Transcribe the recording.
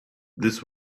this